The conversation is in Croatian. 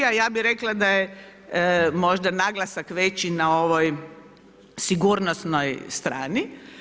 A ja bih rekla da je možda naglasak veći na ovoj sigurnosnoj strani.